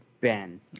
Ben